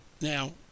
Now